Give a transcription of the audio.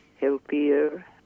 healthier